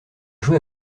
joué